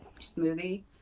smoothie